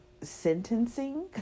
sentencing